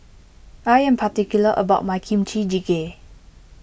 I am particular about my Kimchi Jjigae